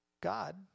God